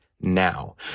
now